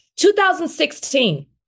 2016